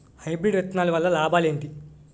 Hybrid విత్తనాలు వల్ల లాభాలు ఏంటి?